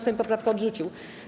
Sejm poprawkę odrzucił.